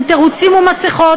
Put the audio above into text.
עם תירוצים ומסכות,